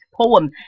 poem